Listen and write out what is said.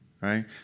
right